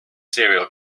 serial